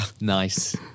Nice